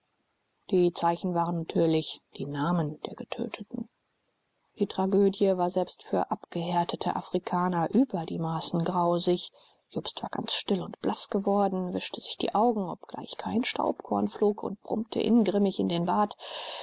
die zeichen waren natürlich die namen der getöteten die tragödie war selbst für abgehärtete afrikaner über die maßen grausig jobst war ganz still und blaß geworden wischte sich die augen obgleich kein staubkorn flog und brummte ingrimmig in den bart